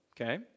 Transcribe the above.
okay